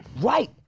Right